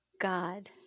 god